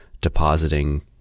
depositing